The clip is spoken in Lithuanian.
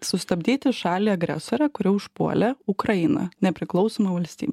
sustabdyti šalį agresorę kuri užpuolė ukrainą nepriklausomą valstybę